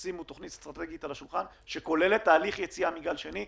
שימו תכנית אסטרטגית על השולחן שכוללת תהליך יציאה מגל שני.